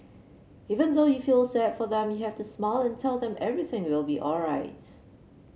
even though you feel sad for them you have to smile and tell them everything will be alright